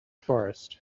forest